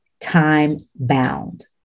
time-bound